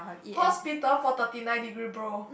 hospital for thirty nine degree bro